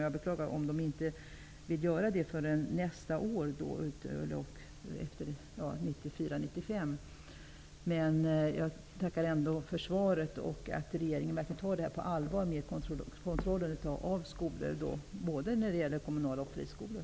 Jag beklagar dock att man inte vill göra någon extra tillsyn förrän 1994/95. Jag tackar ändå för svaret och för att regeringen verkligen tar kontrollen av skolor på allvar, både av kommunala skolor och av friskolor.